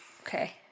Okay